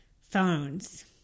phones